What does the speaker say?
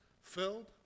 filled